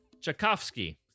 Tchaikovsky